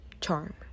charm